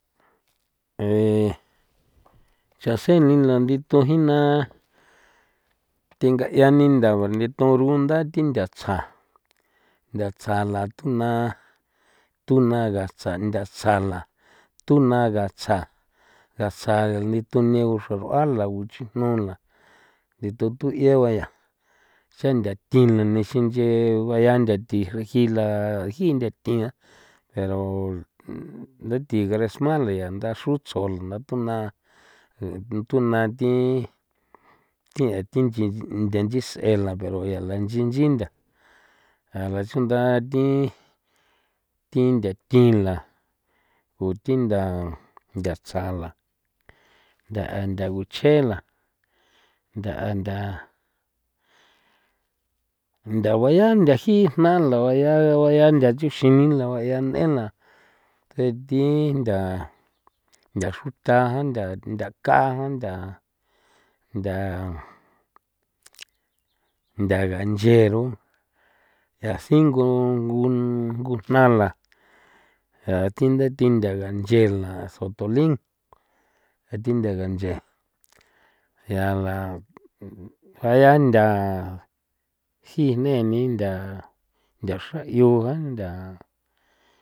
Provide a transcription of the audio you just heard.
chan se ni la ndithun ji na thinga'ia ni ntha nthitoro ntha thi nthatsja nthatsja la tuna tuna ngatsja nthatsja la tu na ngatsja ngatsja nthituni guxrar'ua la o guchijnu la ndithun tu'ye'ua ya sea nthatin la ni xinche baya ntha thi xrijila ji ntha thian pero nthati gresma la ya ntha xrutsjo ntha tuna tuna thi thian thi ntha nchits'e la pero yaa la nchinchin ntha la chunda thi thin ntha thin la o thi ntha nthatsja la ntha ntha guchje la ntha a ntha ntha guaya ntha ji jna la nguaya la nguaya yaa nchuxin ni la nguaya n'en la tse thi ntha nthaxruthja ntha nthaka jan ntha ntha ntha ganyero ya singu ngu ngujna la ya thi ndathi ntha ganche la sotolin ya thi ntha ganche ya la juaya ntha ji jne ni ntha nthaxra yua ntha.